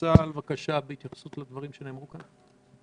לדברים שנאמרו כאן.